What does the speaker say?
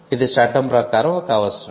ఇది చట్టం ప్రకారం ఒక అవసరం